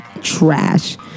trash